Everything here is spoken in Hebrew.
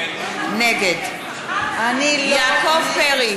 נגד יעקב פרי,